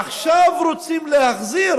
עכשיו רוצים להחזיר